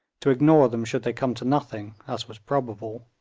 to ignore them should they come to nothing, as was probable,